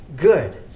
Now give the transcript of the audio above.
good